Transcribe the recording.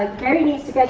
ah gary needs to catch